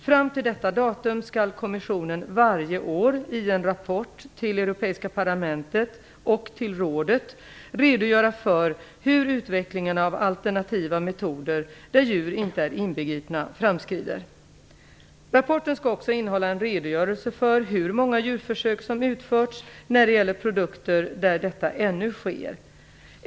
Fram till detta datum skall kommissionen varje år i en rapport till Europeiska parlamentet och rådet redogöra för hur utvecklingen av alternativa metoder där djur inte är inbegripna framskrider. Rapporten skall också innehålla en redogörelse för hur många djurförsök som utförts när det gäller produkter där detta ännu sker.